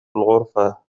الغرفة